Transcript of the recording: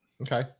Okay